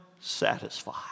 satisfied